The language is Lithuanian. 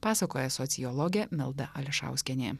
pasakoja sociologė milda ališauskienė